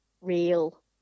real